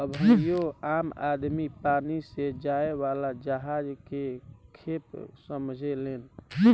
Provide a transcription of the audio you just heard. अबहियो आम आदमी पानी से जाए वाला जहाज के खेप समझेलेन